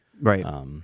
Right